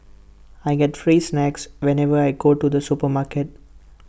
I get free snacks whenever I go to the supermarket